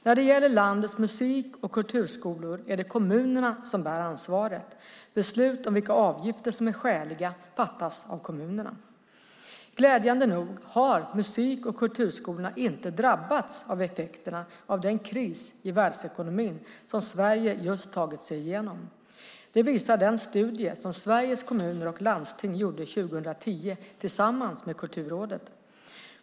När det gäller landets musik och kulturskolor är det kommunerna som bär ansvaret. Beslut om vilka avgifter som är skäliga fattas av kommunerna. Glädjande nog har musik och kulturskolorna inte drabbats av effekterna av den kris i världsekonomin som Sverige just tagit sig igenom. Det visar den studie som Sveriges Kommuner och Landsting gjorde 2010 tillsammans med Kulturrådet.